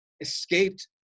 escaped